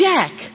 Jack